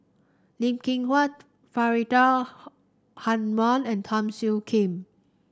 Lee Kin Faridah Hanum and Teo Soon Kim